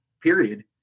period